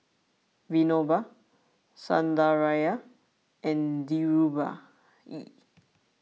Vinoba Sundaraiah and Dhirubhai